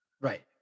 Right